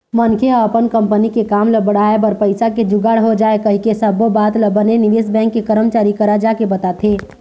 मनखे ह अपन कंपनी के काम ल बढ़ाय बर पइसा के जुगाड़ हो जाय कहिके सब्बो बात ल बने निवेश बेंक के करमचारी करा जाके बताथे